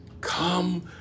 Come